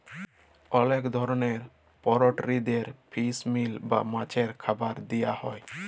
অলেক ধরলের পলটিরিদের ফিস মিল বা মাছের খাবার দিয়া হ্যয়